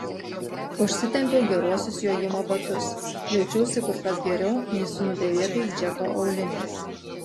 užsitempiau geruosius jojimo batus jaučiausi kur kas geriau nei su nudėvėtais džeko auliniais